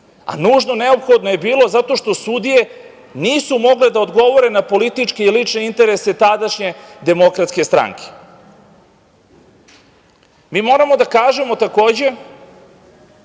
Nužno neophodno je bilo zato što sudije nisu mogle da odgovore na političke i lične interese tadašnje demokratske stranke. Mi moramo da kažemo, takođe,